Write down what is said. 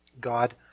God